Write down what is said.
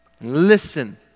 Listen